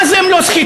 מה זה אם לא סחיטה?